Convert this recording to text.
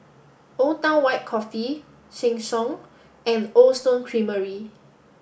Old Town White Coffee Sheng Siong and Cold Stone Creamery